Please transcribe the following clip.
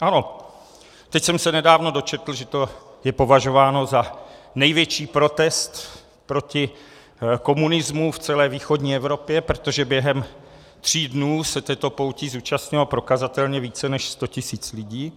Ano, teď jsem se nedávno dočetl, že je to považováno za největší protest proti komunismu v celé východní Evropě, protože během tří dnů se této pouti zúčastnilo prokazatelně více než sto tisíc lidí.